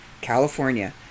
California